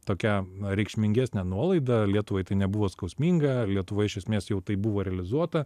tokią reikšmingesnę nuolaidą lietuvai tai nebuvo skausminga lietuvoj iš esmės jau tai buvo realizuota